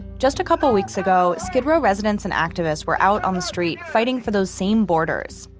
just a couple of weeks ago, skid row residents and activists were out on the street fighting for those same borders,